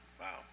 Wow